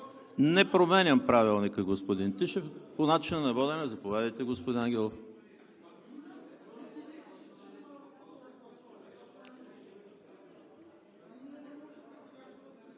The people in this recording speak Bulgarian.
Не променям Правилника, господин Тишев! По начина на водене – заповядайте, господин